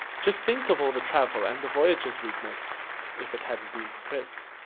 just think of all the travel and the voyages we'd miss if it hadn't been for chris.